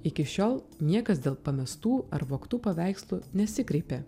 iki šiol niekas dėl pamestų ar vogtų paveikslų nesikreipė